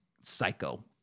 psycho